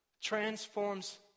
transforms